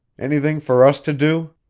anything for us to do?